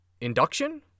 induction